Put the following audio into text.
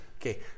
Okay